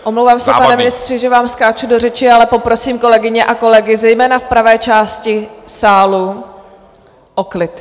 Omlouvám se, pane ministře, že vám skáču do řeči, ale poprosím kolegyně a kolegy, zejména v pravé části sálu, o klid.